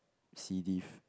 C Div